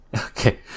okay